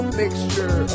mixture